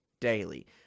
daily